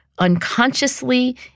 unconsciously